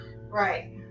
right